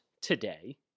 today